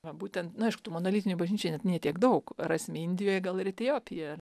na būtent na aišku tų monolitinių bažnyčių net ne tiek daug rasime indijoje gal ir etiopijoje